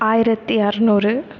ஆயிரத்து இரநூறு